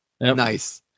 nice